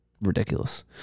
ridiculous